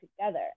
together